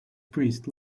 priests